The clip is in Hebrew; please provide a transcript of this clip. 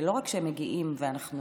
ולא רק שהם מגיעים, ואנחנו